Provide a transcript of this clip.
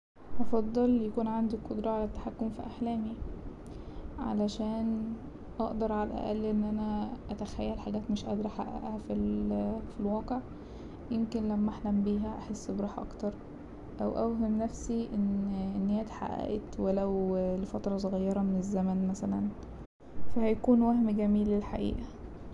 هفضل يكون عندي القدرة على التحكم في احلامي علشان اقدر على الأقل ان انا اتخيل حاجات مش قادرة احققها في ال- في الواقع يمكن لما احلم بيها احس براحة اكتر أو اوهم نفسي ان- ان هي اتحققت ولو لفترة صغيرة من الزمن مثلا فا هيكون وهم جميل الحقيقة.